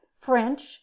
French